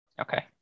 Okay